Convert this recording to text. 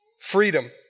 Freedom